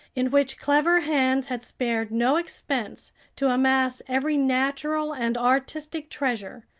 in which clever hands had spared no expense to amass every natural and artistic treasure,